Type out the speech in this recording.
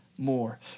more